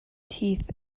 teeth